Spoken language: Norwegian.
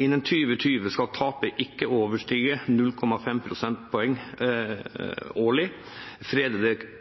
Innen 2020 skal tapet ikke overstige 0,5 prosentpoeng